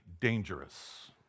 dangerous